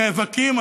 נאבקים,